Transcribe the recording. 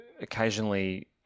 occasionally